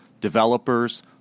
developers